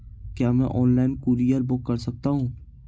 क्या मैं online courier book कर सकता हूँ?